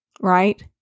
Right